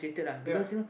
ya